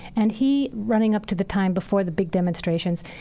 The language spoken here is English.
and he, running up to the time before the big demonstrations,